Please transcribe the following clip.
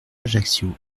ajaccio